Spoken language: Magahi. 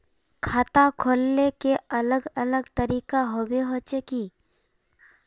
खाता खोले के अलग अलग तरीका होबे होचे की?